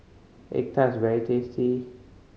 egg tart is very tasty